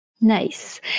Nice